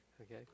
Okay